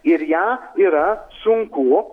ir ją yra sunku